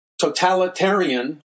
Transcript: totalitarian